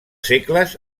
segles